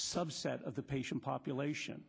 subset of the patient population